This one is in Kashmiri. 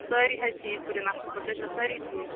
سٲری حظ ٹھیٖک پٲٹھۍ اَصٕل پٲٹھۍ تُہۍ چھُ حظ سٲری ٹھیٖک